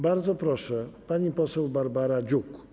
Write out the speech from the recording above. Bardzo proszę, pani poseł Barbara Dziuk.